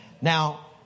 Now